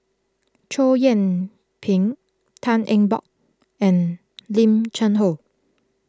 Chow Yian Ping Tan Eng Bock and Lim Cheng Hoe